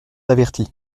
avertis